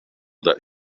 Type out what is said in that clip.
that